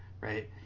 right